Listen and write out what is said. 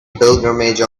pilgrimage